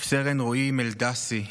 רב-סרן רועי מלדסי,